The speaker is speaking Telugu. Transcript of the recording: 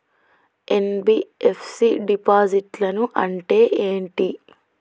ఎన్.బి.ఎఫ్.సి డిపాజిట్లను అంటే ఏంటి?